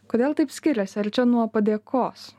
kodėl taip skiriasi ar čia nuo padėkos